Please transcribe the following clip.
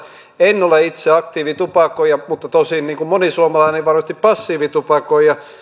en ole itse aktiivitupakoija mutta tosin niin kuin moni suomalainen varmasti passiivitupakoija